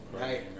Right